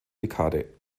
dekade